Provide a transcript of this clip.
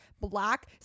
black